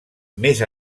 més